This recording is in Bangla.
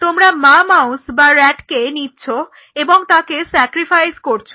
তোমরা মা মাউস বা rat কে নিচ্ছো এবং তাকে স্যাক্রিফাইস করছো